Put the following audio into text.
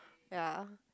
ya